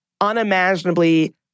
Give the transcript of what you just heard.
unimaginably